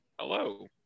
Hello